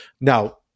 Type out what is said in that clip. Now